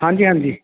ਹਾਂਜੀ ਹਾਂਜੀ